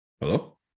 hello